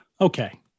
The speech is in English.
Okay